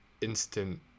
instant